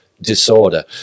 Disorder